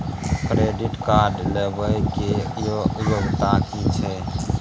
Credit card लेबै के योग्यता कि छै?